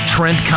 Trent